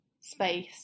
space